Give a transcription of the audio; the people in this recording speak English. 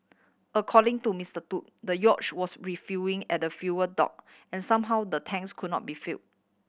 according to Mister Tu the yacht was refuelling at the fuel dock and somehow the tanks could not be fill